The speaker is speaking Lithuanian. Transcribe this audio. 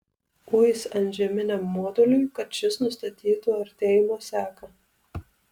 uis antžeminiam moduliui kad šis nustatytų artėjimo seką